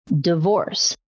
divorce